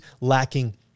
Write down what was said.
lacking